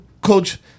coach